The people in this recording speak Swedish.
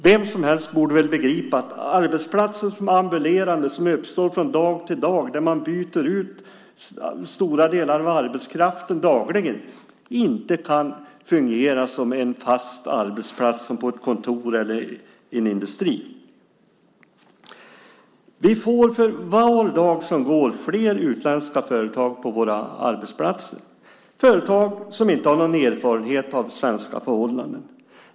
Vem som helst borde väl begripa att arbetsplatser som är ambulerande, som uppstår från dag till dag och där man byter ut stora delar av arbetskraften dagligen, inte kan fungera som en fast arbetsplats på ett kontor eller i en industri. För var dag som går får vi fler utländska företag på våra arbetsplatser. Det är företag som inte har någon erfarenhet av svenska förhållanden.